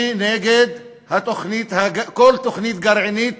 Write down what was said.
אני נגד כל תוכנית גרעינית